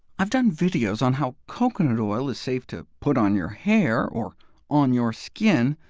i've done videos on how coconut oil is safe to put on your hair or on your skin,